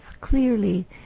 clearly